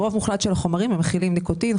הרוב המוחלט של החומרים מכילים ניקוטין,